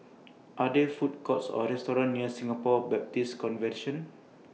Are There Food Courts Or restaurants near Singapore Baptist Convention